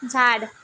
झाड